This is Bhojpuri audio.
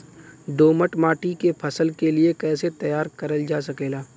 दोमट माटी के फसल के लिए कैसे तैयार करल जा सकेला?